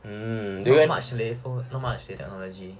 not much leh not much leh technology